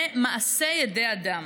זה מעשה ידי אדם.